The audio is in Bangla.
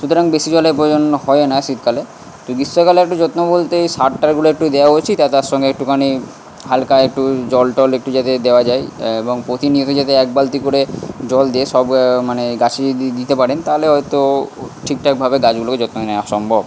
সুতরাং বেশি জলের প্রয়োজন হয় না শীতকালে তো গীষ্মকালে একটু যত্ন বলতে এই সার টারগুলো একটু ওই দেয়া উচিত আর তার সঙ্গে একটুখানি হালকা একটু জল টল একটু যাতে দেওয়া যায় এবং প্রতিনিয়ত যাতে এক বালতি করে জল দিয়ে সব মানে গাছে যদি দি দিতে পারেন তাহলে হয়তো ঠিকঠাকভাবে গাছগুলোকে যত্ন নেওয়া সম্ভব